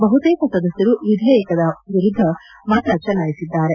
ಬಹುತೇಕ ಸದಸ್ಕರು ವಿಧೇಯಕದ ವಿರುದ್ಧ ಮತ ಚಲಾಯಿಸಿದ್ದಾರೆ